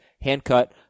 hand-cut